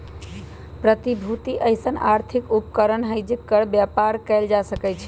प्रतिभूति अइसँन आर्थिक उपकरण हइ जेकर बेपार कएल जा सकै छइ